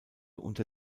unter